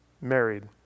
married